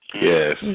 Yes